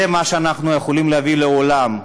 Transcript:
זה מה שאנחנו יכולים להביא לעולם,